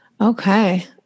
Okay